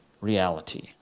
reality